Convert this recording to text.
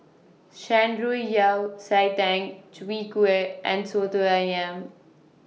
Shan Rui Yao Cai Tang Chwee Kueh and Soto Ayam